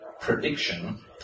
prediction